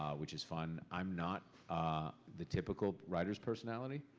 which is fun. i'm not the typical writer's personality.